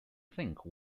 think